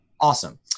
Awesome